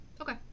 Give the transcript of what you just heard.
Okay